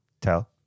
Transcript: Tell